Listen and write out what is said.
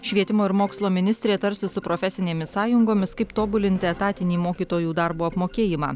švietimo ir mokslo ministrė tarsis su profesinėmis sąjungomis kaip tobulinti etatinį mokytojų darbo apmokėjimą